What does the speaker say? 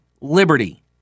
liberty